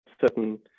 certain